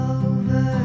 over